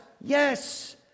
Yes